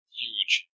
huge